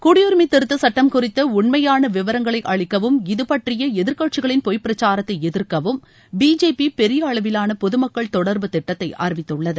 குடியுரிமை திருத்த சுட்டம் குறித்த உண்மையான விவரங்களை அளிக்கவும் இது பற்றிய எதிர்க்கட்சிகளின் பொய் பிரச்சாரத்தை எதிர்க்கவும் பிஜேபி பெரிய அளவிவாள பொதுமக்கள் தொடர்பு திட்டத்தை அறிவித்துள்ளது